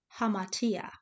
hamatia